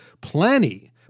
Plenty